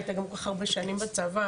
היית כל כך הרבה שנים בצבא,